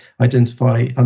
identify